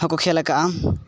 ᱦᱚᱸᱠᱚ ᱠᱷᱮᱹᱞ ᱟᱠᱟᱫᱼᱟ